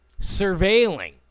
surveilling